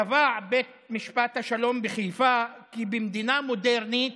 קבע בית משפט השלום בחיפה כי במדינה מודרנית